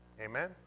Amen